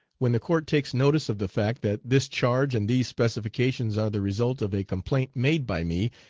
when the court takes notice of the fact that this charge and these specifications are the result of a complaint made by me,